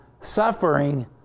suffering